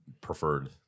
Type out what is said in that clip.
preferred